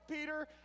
Peter